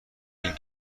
این